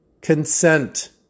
Consent